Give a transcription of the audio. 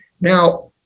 now